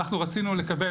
אנחנו רצינו לקבל,